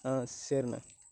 ஆ சரிண்ணே